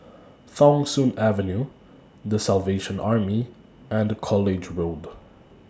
Thong Soon Avenue The Salvation Army and College Road